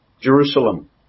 Jerusalem